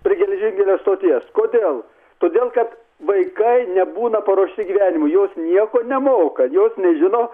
prie geležinkelio stoties kodėl todėl kad vaikai nebūna paruošti gyvenimui jos nieko nemoka jos nežino